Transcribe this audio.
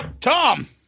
Tom